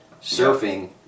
surfing